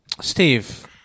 steve